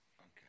Okay